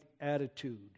attitude